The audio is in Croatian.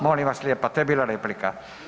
Molim vas lijepa, to je bila replika.